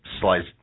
slice